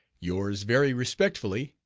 yours very respectfully,